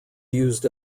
used